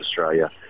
Australia